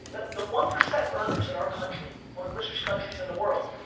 the the one percent earners in our country, one of the richest countries in the world,